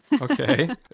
Okay